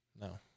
No